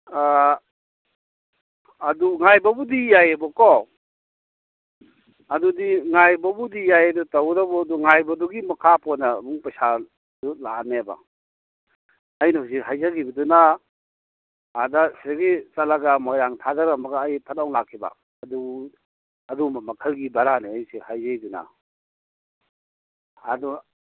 ꯑꯗꯨ ꯉꯥꯏꯕꯕꯨꯗꯤ ꯌꯥꯏꯌꯦꯕꯀꯣ ꯑꯗꯨꯗꯤ ꯉꯥꯏꯕꯕꯨꯗꯤ ꯌꯥꯏꯌꯦ ꯑꯗꯣ ꯇꯧꯕꯇꯕꯨ ꯉꯥꯏꯕꯗꯨꯒꯤ ꯃꯈꯥ ꯄꯣꯟꯅ ꯑꯃꯨꯛ ꯄꯩꯁꯥꯗꯨ ꯂꯥꯛꯑꯅꯦꯕ ꯑꯩꯅ ꯍꯧꯖꯤꯛ ꯍꯥꯏꯖꯈꯤꯕꯗꯨꯅ ꯑꯥꯗ ꯁꯤꯗꯒꯤ ꯆꯠꯂꯒ ꯃꯣꯏꯔꯥꯡ ꯊꯥꯗꯔꯝꯃꯒ ꯑꯩ ꯐꯠ ꯂꯥꯎ ꯂꯥꯛꯈꯤꯕ ꯑꯗꯨ ꯑꯗꯨꯒꯨꯝꯕ ꯃꯈꯜꯒꯤ ꯚꯔꯥꯅꯦ ꯑꯩꯁꯦ ꯍꯧꯖꯤꯛ ꯍꯥꯏꯖꯩꯗꯨꯅ ꯑꯗꯣ